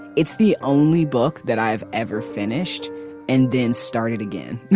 it's the only book that i've ever finished and then started again.